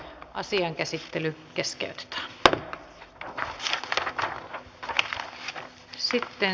tämän asian käsittely keskeytetään nyt ja siihen palataan myöhemmin istunnossa